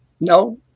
no